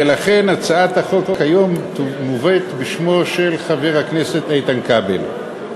ולכן הצעת החוק היום מובאת בשמו של חבר הכנסת איתן כבל.